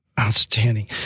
Outstanding